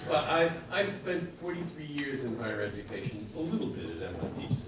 i've spent forty three years in higher education, a little bit at mit.